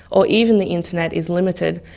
or even the internet is limited,